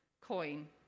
coin